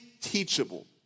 teachable